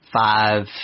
five